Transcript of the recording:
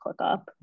ClickUp